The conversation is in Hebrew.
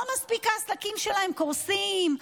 לא מספיק העסקים שלהם קורסים?